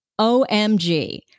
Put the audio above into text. OMG